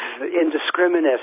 indiscriminate